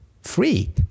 free